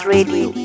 Radio